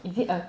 is it ah